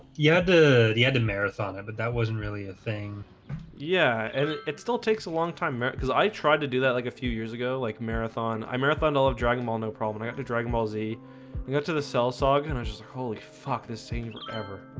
yeah, the the ended marathon and but that wasn't really a thing yeah, and it it still takes a long time eric cuz i tried to do that like a few years ago like marathon i marathon all of dragon ball no problem. i got to dragon ball z and got to the cell saga and i just holy fuck this thing forever